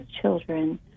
children